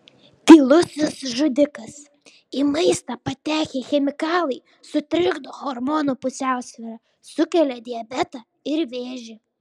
tylusis žudikas į maistą patekę chemikalai sutrikdo hormonų pusiausvyrą sukelia diabetą ir vėžį